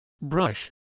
brush